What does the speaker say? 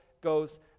goes